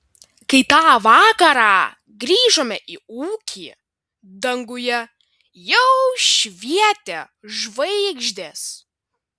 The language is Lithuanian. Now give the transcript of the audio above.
kai tą vakarą grįžome į ūkį danguje jau švietė žvaigždės